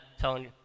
telling